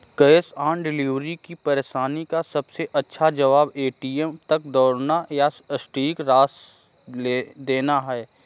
cash on delivery की परेशानी का सबसे अच्छा जवाब, ए.टी.एम तक दौड़ना या सटीक राशि देना है